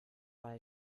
bei